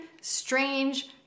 strange